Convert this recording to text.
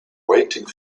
waiting